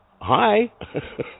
hi